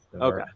Okay